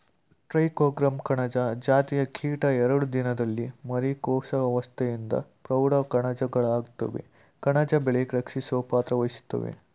trichogramma ಕಣಜ ಜಾತಿಯ ಕೀಟ ಎರಡು ದಿನದಲ್ಲಿ ಮರಿ ಕೋಶಾವಸ್ತೆಯಿಂದ ಪ್ರೌಢ ಕಣಜಗಳಾಗುತ್ವೆ ಕಣಜ ಬೆಳೆ ರಕ್ಷಿಸೊ ಪಾತ್ರವಹಿಸ್ತವೇ